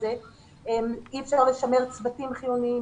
אי אפשר לשמר צוותים חיוניים.